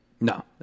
No